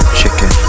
chicken